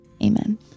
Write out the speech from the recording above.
amen